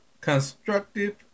Constructive